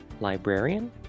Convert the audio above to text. librarian